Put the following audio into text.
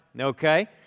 okay